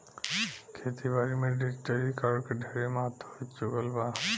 खेती बारी में डिजिटलीकरण के ढेरे महत्व हो चुकल बा